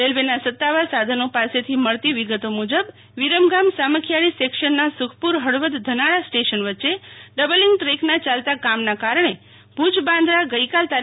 રેલવેના સત્તાવાર સાધનો પાસેથી મળતી વિગતો મુજબ વીરમગામ સામખિયાળી સેકશનના સુખપુર હળવદ ધનાળા સ્ટેશન વચ્ચે ડબલીંગ દ્રેકના ચાલતાં કામના કારણે ભુજ બાન્દ્રા તા